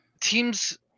teams